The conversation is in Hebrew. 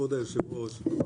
כבוד היושב-ראש,